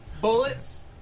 Bullets